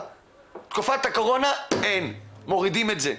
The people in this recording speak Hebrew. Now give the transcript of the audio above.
תקופת הקורונה אין, מורידים את זה.